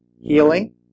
Healing